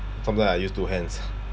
sometimes I use two hands